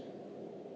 A